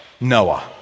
Noah